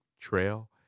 trail